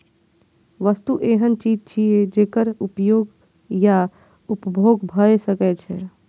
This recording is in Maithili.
वस्तु एहन चीज छियै, जेकर उपयोग या उपभोग भए सकै छै